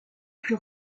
plus